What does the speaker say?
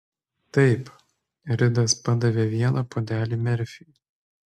taip ridas padavė vieną puodelį merfiui